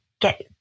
get